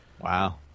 Wow